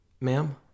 Ma'am